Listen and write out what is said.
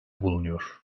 bulunuyor